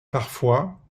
parfois